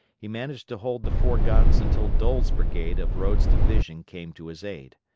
he managed to hold the four guns until doles' brigade of rodes' division came to his aid.